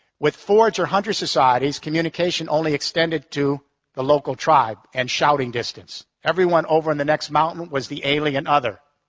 with forager-hunter societies, communication only extended to the local tribe and shouting distance. everyone over in the next mountain was the alien other.